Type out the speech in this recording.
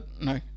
no